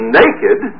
naked